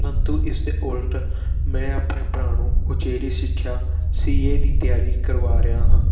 ਪ੍ਰੰਤੂ ਇਸਦੇ ਉਲਟ ਮੈਂ ਆਪਣੇ ਭਰਾ ਨੂੰ ਉਚੇਰੀ ਸਿੱਖਿਆ ਸੀ ਏ ਦੀ ਤਿਆਰੀ ਕਰਵਾ ਰਿਹਾ ਹਾਂ